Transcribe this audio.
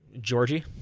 Georgie